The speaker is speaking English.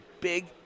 big